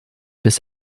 bis